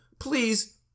Please